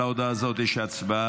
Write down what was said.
על ההודעה הזאת יש הצבעה.